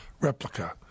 replica